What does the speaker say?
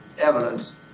evidence